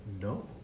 No